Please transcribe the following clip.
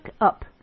up